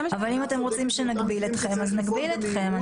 אם אתם רוצים שנגביל אתכם, נגביל אתכם.